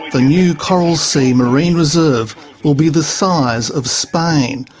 the new coral sea marine reserve will be the size of spain.